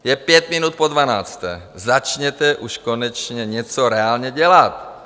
Je pět minut po dvanácté, začněte už konečně něco reálně dělat!